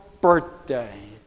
birthday